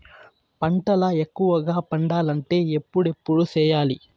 పంటల ఎక్కువగా పండాలంటే ఎప్పుడెప్పుడు సేయాలి?